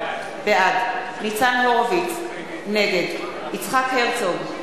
בעד ניצן הורוביץ, נגד יצחק הרצוג,